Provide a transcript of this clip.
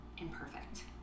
imperfect